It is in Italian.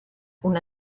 una